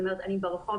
והיא אומרת: אני ברחוב,